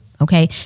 okay